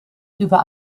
über